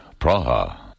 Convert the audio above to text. Praha